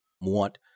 want